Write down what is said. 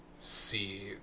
see